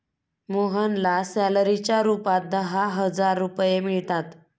मोहनला सॅलरीच्या रूपात दहा हजार रुपये मिळतात